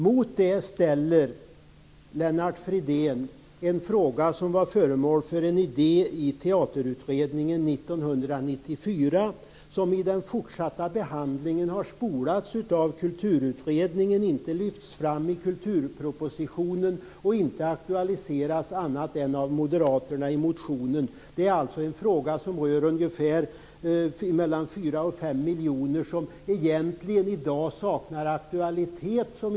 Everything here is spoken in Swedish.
Mot det ställer Lennart Fridén en fråga som var föremål för en idé i Teaterutredningen 1994, som i den fortsatta behandlingen har spolats av Kulturutredningen, som inte har lyfts fram i kulturpropositionen och som inte har aktualiserats annat än av Moderaterna i motionen. Det är alltså en fråga som rör mellan fyra och fem miljoner och som egentligen i dag saknar aktualitet.